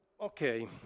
okay